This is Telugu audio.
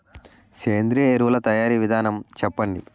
సేంద్రీయ ఎరువుల తయారీ విధానం చెప్పండి?